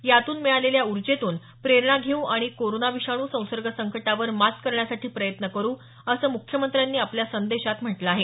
यातून मिळालेल्या ऊर्जेतून प्रेरणा घेऊ आणि कोरोना विषाणू संसर्ग संकटावर मात करण्यासाठी प्रयत्न करू या असं मुख्यमंत्र्यांनी आपल्या संदेशात म्हटलं आहे